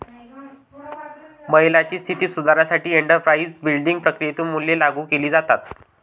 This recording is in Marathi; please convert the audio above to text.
महिलांची स्थिती सुधारण्यासाठी एंटरप्राइझ बिल्डिंग प्रक्रियेतून मूल्ये लागू केली जातात